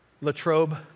Latrobe